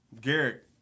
Garrett